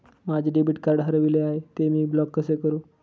माझे debit card हरविले आहे, ते मी ब्लॉक कसे करु?